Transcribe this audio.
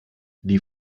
die